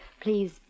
please